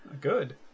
Good